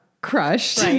crushed